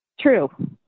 True